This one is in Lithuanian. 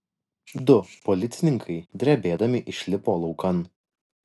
du policininkai drebėdami išlipo laukan